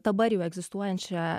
dabar jau egzistuojančia